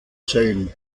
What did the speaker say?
sein